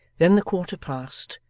then the quarter past,